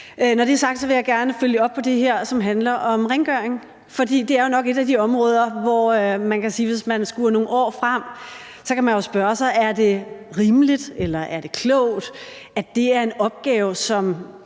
Når det er sagt, vil jeg gerne følge op på det her, som handler om rengøring. For det er jo nok et af de områder, hvor man, hvis man skuer nogle år frem, så kan man spørge sig, om det er rimeligt, eller om det er klogt, at det er en opgave, som